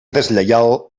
deslleial